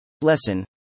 Lesson